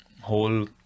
whole